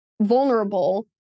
vulnerable